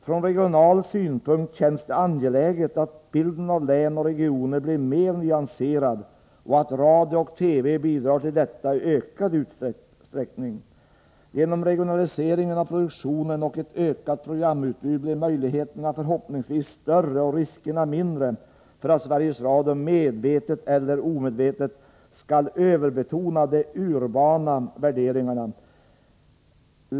Från regional synpunkt känns det angeläget att bilden av län och regioner blir mer nyanserad och att radio och tv bidrar till detta i ökad utsträckning. Genom regionaliseringen av produktionen och ett ökat programutbud blir möjligheterna förhoppningsvis större och riskerna mindre för att Sveriges Radio — medvetet eller omedvetet — skall överbetona de urbana värderingarna.